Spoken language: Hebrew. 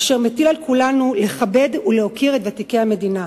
אשר מטיל על כולנו לכבד ולהוקיר את ותיקי מדינתנו.